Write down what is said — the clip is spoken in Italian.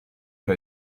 che